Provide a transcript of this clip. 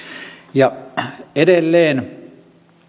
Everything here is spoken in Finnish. edelleen